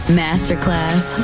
masterclass